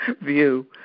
view